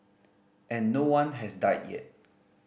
and no one has died yet